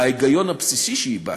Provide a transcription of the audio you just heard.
ההיגיון הבסיסי שהבעת,